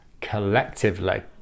collectively